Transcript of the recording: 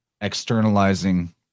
externalizing